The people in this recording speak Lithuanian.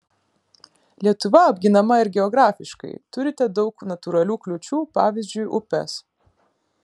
lietuva apginama ir geografiškai turite daug natūralių kliūčių pavyzdžiui upes